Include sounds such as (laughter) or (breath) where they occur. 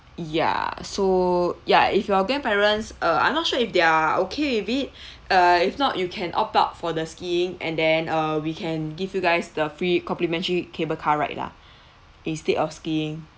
ya so ya if your grandparents uh I'm not sure if they are okay with it (breath) uh if not you can opt out for the skiing and then uh we can give you guys the free complimentary cable car ride lah (breath) instead of skiing